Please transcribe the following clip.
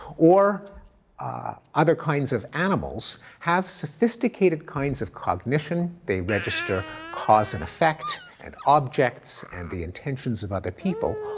or other kinds of animals, have sophisticated kinds of cognition, they register cause and effect and objects and the intentions of other people,